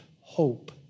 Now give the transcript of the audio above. hope